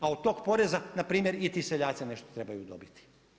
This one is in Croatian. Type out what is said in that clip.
A od tog poreza npr. i ti seljaci nešto trebaju dobiti.